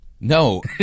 No